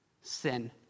sin